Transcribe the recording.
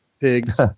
pigs